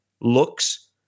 Looks